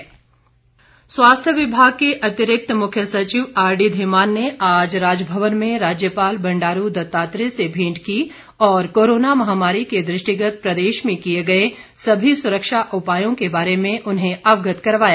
मेंट स्वास्थ्य विभाग के अतिरिक्त मुख्य सचिव आरडी धीमान ने आज राजभवन में राज्यपाल बंडारू दत्तात्रेय से भेंट की और कोरोना महामारी के दृष्टिगत प्रदेश में किए गए सभी सुरक्षा उपायों के बारे में उन्हें अवगत करवाया